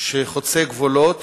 שחוצה גבולות